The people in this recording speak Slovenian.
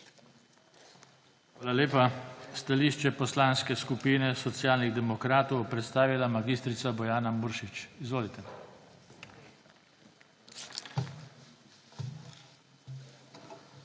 Hvala lepa. Stališče Poslanske skupine Socialnih demokratov bo predstavila mag. Bojana Muršič. Izvolite. MAG.